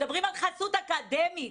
מדברים על חסות אקדמית.